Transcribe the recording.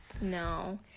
no